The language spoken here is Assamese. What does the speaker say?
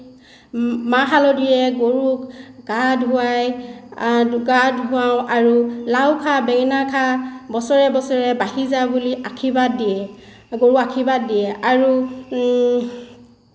মাহ হালধিৰে গৰুক গা ধুৱাই গা ধুৱাওঁ আৰু লাউ খা বেঙেনা খা বছৰে বছৰে বাঢ়ি যা বুলি আশীৰ্বাদ দিয়ে গৰুক আশীৰ্বাদ দিয়ে আৰু